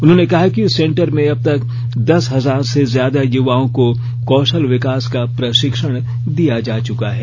उन्होंने कहा कि सेंटर में अबतक दस हजार से ज्यादा युवाओं को कौशल विकास का प्रशिक्षण दिया जा चुका है